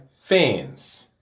fans